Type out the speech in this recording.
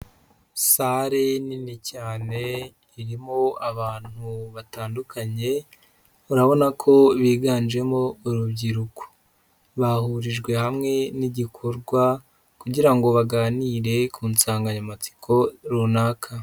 Sale nini cyane irimo abantu batandukanye urabona ko biganjemo urubyiruko, bahurijwe hamwe n'igikorwa kugira ngo baganire ku nsanganyamatsiko runaka.